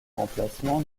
remplacement